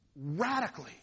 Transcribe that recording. radically